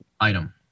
item